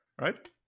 right